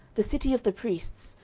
the city of the priests,